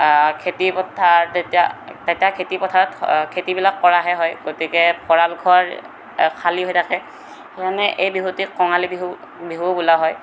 খেতি পথাৰ তেতিয়া তেতিয়া খেতিপথাৰত খেতিবিলাক কৰাহে হয় গতিকে ভঁৰাল ঘৰ খালী হৈ থাকে সেইকাৰণে এই বিহুটিক কঙালী বিহু বিহুও বোলা হয়